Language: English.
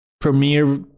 premiere